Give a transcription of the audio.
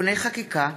(תיקוני חקיקה),